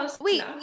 Wait